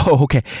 okay